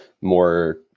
more